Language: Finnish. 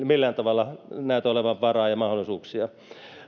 millään tavalla näytä olevan varaa ja mahdollisuuksia